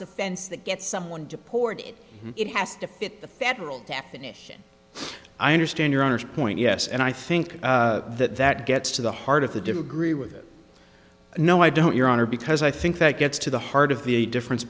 offense that get someone deported it has to fit the federal definition i understand your honor's point yes and i think that that gets to the heart of the degree with no i don't your honor because i think that gets to the heart of the difference